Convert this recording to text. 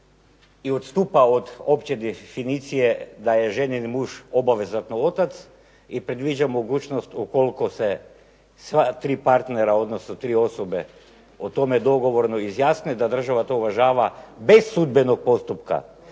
i odstupa od opće definicije da je ženin muž obavezno otac i predviđa mogućnost ukoliko se sva tri partnera, odnosno tri osobe o tome dogovorno izjasne da država to uvažava bez sudbenog postupka.